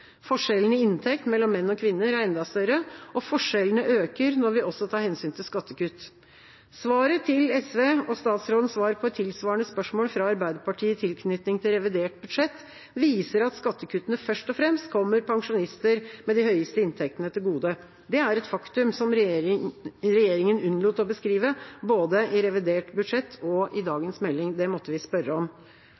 Forskjellene i inntekt mellom menn og kvinner er enda større, og forskjellene øker når vi også tar hensyn til skattekutt: Svaret til SV og statsrådens svar på et tilsvarende spørsmål fra Arbeiderpartiet i tilknytning til revidert budsjett viser at skattekuttene først og fremst kommer pensjonistene med de høyeste inntektene til gode. Det er et faktum som regjeringen unnlot å beskrive, både i revidert budsjett og i